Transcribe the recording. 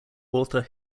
author